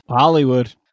Hollywood